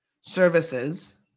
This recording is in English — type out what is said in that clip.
services